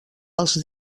els